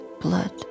blood